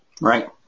Right